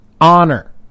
honor